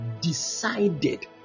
decided